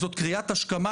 זאת קריאת השכמה.